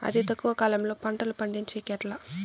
అతి తక్కువ కాలంలో పంటలు పండించేకి ఎట్లా?